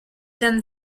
then